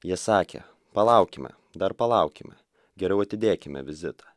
jie sakė palaukime dar palaukime geriau atidėkime vizitą